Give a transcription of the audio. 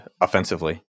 offensively